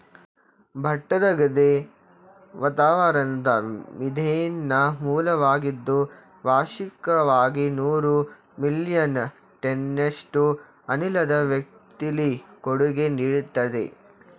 ಭತ್ತದ ಗದ್ದೆ ವಾತಾವರಣದ ಮೀಥೇನ್ನ ಮೂಲವಾಗಿದ್ದು ವಾರ್ಷಿಕವಾಗಿ ನೂರು ಮಿಲಿಯನ್ ಟನ್ನಷ್ಟು ಅನಿಲದ ವ್ಯಾಪ್ತಿಲಿ ಕೊಡುಗೆ ನೀಡ್ತದೆ